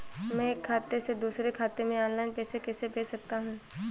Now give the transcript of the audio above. मैं एक खाते से दूसरे खाते में ऑनलाइन पैसे कैसे भेज सकता हूँ?